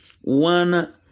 one